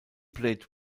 played